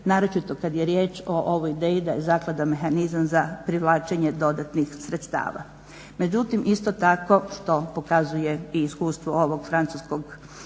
naročito kad je riječ o ovoj ideji da je zaklada mehanizam za privlačenje dodatnih sredstava. Međutim isto tako što pokazuje i iskustvo ovog francuskog